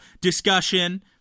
discussion